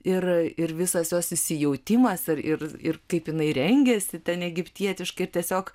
ir ir visas jos įsijautimas ir ir ir kaip jinai rengiasi ten egiptietiškai ir tiesiog